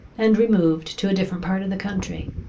and removed to a different part of the country.